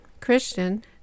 Christian